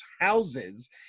houses